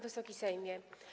Wysoki Sejmie!